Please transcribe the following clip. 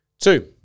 Two